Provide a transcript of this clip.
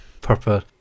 purple